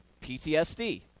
PTSD